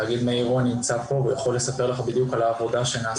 תאגיד מי עירון נמצא פה והוא יכול לספר לך בדיוק על העבודה שנעשית.